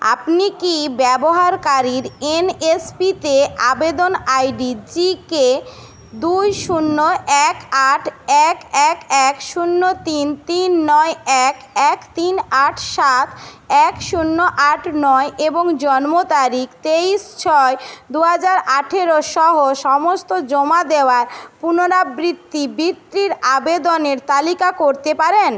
আপনি কি ব্যবহারকারীর এনএসপিতে আবেদন আইডি জিকে দুই শূন্য এক আট এক এক এক শূন্য তিন তিন নয় এক এক তিন আট সাত এক শূন্য আট নয় এবং জন্ম তারিখ তেইশ ছয় দু হাজার আঠেরো সহ সমস্ত জমা দেওয়া পুনরাবৃত্তি বৃত্তির আবেদনের তালিকা করতে পারেন